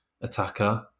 attacker